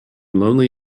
lonely